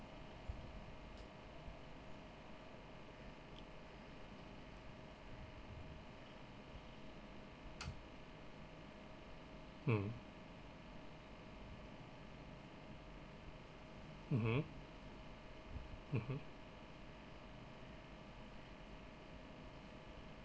mm mmhmm mmhmm